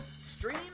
Stream